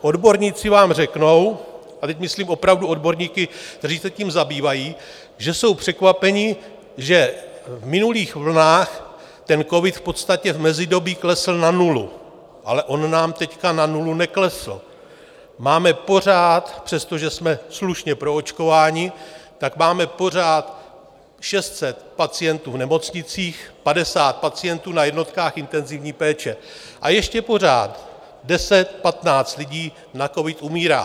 Odborníci vám řeknou, a teď myslím opravdu odborníky, kteří se tím zabývají, že jsou překvapeni, že v minulých vlnách ten covid v podstatě v mezidobí klesl na nulu, ale on nám teď na nulu neklesl, máme pořád, přestože jsme slušně proočkováni, tak máme pořád 600 pacientů v nemocnicích, 50 pacientů na jednotkách intenzivní péče a ještě pořád deset, patnáct lidí na covid umírá.